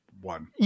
one